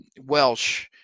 Welsh